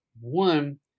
One